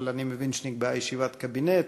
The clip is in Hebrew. אבל אני מבין שנקבעה ישיבת קבינט.